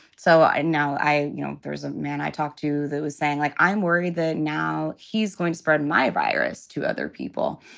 so i know i you know there's a man i talked to that was saying, like, i'm worried that now he's going to spread my virus to other people.